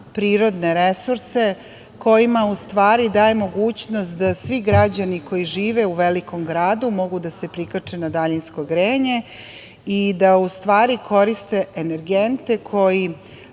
prirodne resurse, kojima u stvari daje mogućnost da svi građani koji žive u velikom gradu mogu da se prikače na daljinsko grejanje i da u stvari koriste energente koji